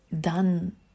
done